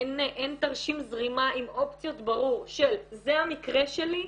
אין תרשים זרימה עם אופציות ברורות של זה המקרה שלי,